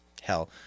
hell